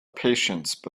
patience